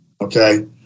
Okay